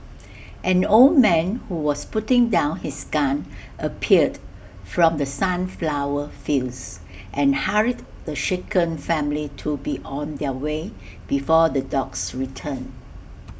an old man who was putting down his gun appeared from the sunflower fields and hurried the shaken family to be on their way before the dogs return